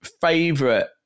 favorite